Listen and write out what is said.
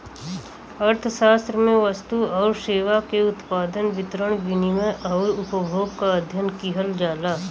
अर्थशास्त्र में वस्तु आउर सेवा के उत्पादन, वितरण, विनिमय आउर उपभोग क अध्ययन किहल जाला